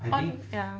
ya